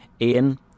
Ian